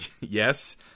Yes